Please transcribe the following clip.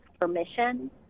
permission